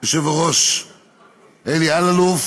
היושב-ראש אלי אלאלוף,